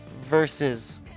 versus